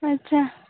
अच्छा